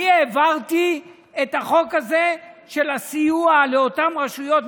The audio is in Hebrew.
אני העברתי את החוק הזה של הסיוע לאותן רשויות,